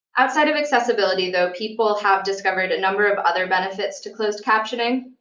outside of accessibility, though, people have discovered a number of other benefits to closed captioning.